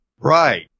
Right